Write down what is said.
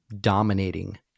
dominating